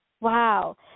Wow